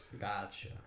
Gotcha